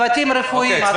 צוותים רפואיים עכשיו.